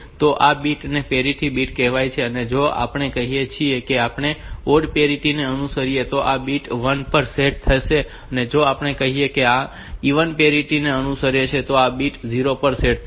તો આ બીટ ને પેરીટી બીટ કહેવાય છે અને જો આપણે કહીએ કે આપણે ઓડ પેરીટી ને અનુસરીશું તો આ બીટ 1 પર સેટ થશે અને જો આપણે કહીએ કે આપણે ઇવન પેરીટી ને અનુસરીશું તો આ બીટ 0 પર સેટ થશે